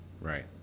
Right